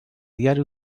diari